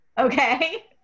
okay